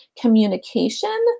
communication